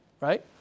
right